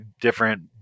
different